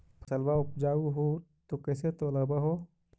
फसलबा उपजाऊ हू तो कैसे तौउलब हो?